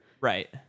right